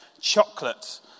chocolate